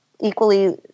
equally